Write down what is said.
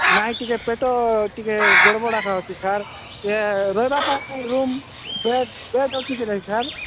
ନାଇଁ ଟିକେ ପେଟ ଟିକେ ଗଡ଼ବଡ଼ ଅଛ ସାର୍ ଏ ରହିବା ପାଇଁ ରୁମ୍ ବେଡ୍ ବେଡ୍ ଅଛି କି ନାହିଁ ସାର୍